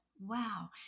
wow